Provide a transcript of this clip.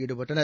ஈடுபட்டனர்